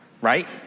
Right